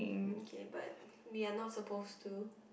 okay but we're not supposed to